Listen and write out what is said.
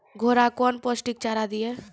घोड़ा कौन पोस्टिक चारा दिए?